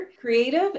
creative